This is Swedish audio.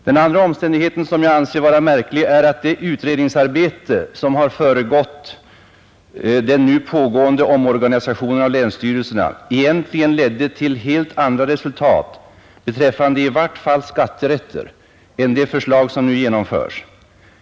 Den andra omständigheten, som jag anser vara märklig, är att det utredningsarbete som föregått den nu pågående omorganisationen av länsstyrelserna egentligen ledde till helt andra resultat beträffande i vart fall skatterätter än det förslag som nu genomförs.